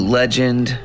legend